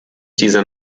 dieser